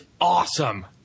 awesome